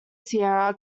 sierra